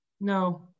No